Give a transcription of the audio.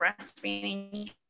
breastfeeding